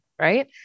Right